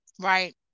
Right